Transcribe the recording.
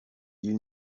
ils